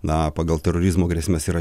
na pagal terorizmo grėsmes yra